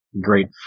great